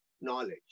knowledge